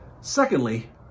Secondly